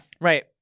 Right